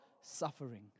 suffering